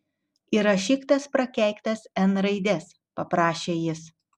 įrašyk tas prakeiktas n raides paprašė jis